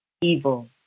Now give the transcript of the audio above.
Evil